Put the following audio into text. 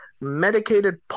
medicated